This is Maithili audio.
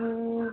हुँ